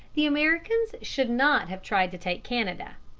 the americans should not have tried to take canada.